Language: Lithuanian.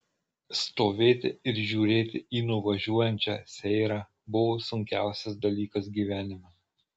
stovėti ir žiūrėti į nuvažiuojančią seirą buvo sunkiausias dalykas gyvenime